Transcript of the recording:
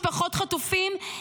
משפחות חטופים.